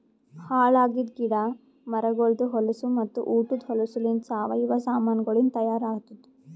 ಹಾಳ್ ಆಗಿದ್ ಗಿಡ ಮರಗೊಳ್ದು ಹೊಲಸು ಮತ್ತ ಉಟದ್ ಹೊಲಸುಲಿಂತ್ ಸಾವಯವ ಸಾಮಾನಗೊಳಿಂದ್ ತೈಯಾರ್ ಆತ್ತುದ್